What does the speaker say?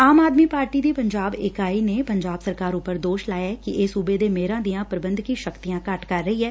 ਆਮ Aadmi party ਦੀ ਪੰਜਾਬ ਇਕਾਈ ਨੇ ਪੰਜਾਬ ਸਰਕਾਰ ਉਪਰ ਦੋਸ਼ ਲਾਇਐ ਕਿ ਇਹ ਸੁਬੇ ਦੇ ਮੇਅਰਾਂ ਦੀਆਂ ਪ੍ਰਬੰਧਕੀ ਸ਼ਕਤੀਆਂ ਘੱਟ ਕਰ ਰਹੀ ਐ